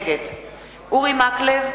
נגד אורי מקלב,